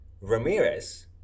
Ramirez